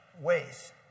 ways